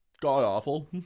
God-awful